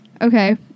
Okay